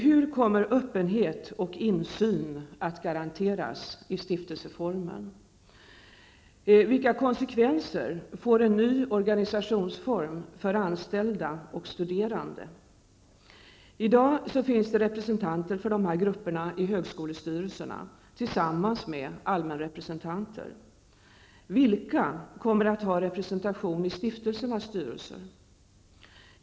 Hur kommer öppenhet och insyn att garanteras i stiftelseformen? Vilka konsekvenser får en ny organisationsform för anställda och studerande? I dag finns representanter för dessa grupper i högskolestyrelserna tillsammans med allmänrepresentanter. Vilka kommer att ha representation i stiftelsernas styrelse?